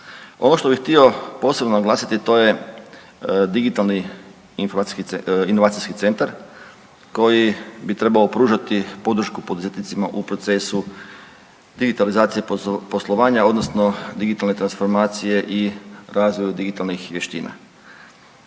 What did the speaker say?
Ono što bih htio posebno naglasiti to je digitalni inovacijski centar koji bi trebao pružati podršku poduzetnicima u procesu digitalizacije poslovanja odnosno digitalne transformacije i razvoju digitalnih vještina.